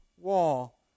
wall